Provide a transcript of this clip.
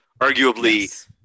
Arguably